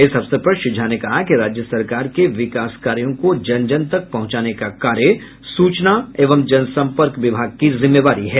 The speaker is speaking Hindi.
इस अवसर पर श्री झा ने कहा कि राज्य सरकार के विकास कार्यो को जन जन तक पहुंचाने का कार्य सूचना एवं जन संपर्क विभाग की जिम्मेवारी है